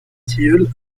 tilleuls